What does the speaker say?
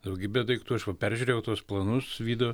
daugybė daiktų aš va peržiūrėjau tuos planus vydo